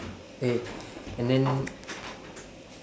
eh and then